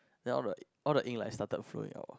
then all the all the ink like started flowing out